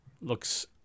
Looks